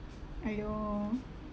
!aiyo!